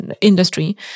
industry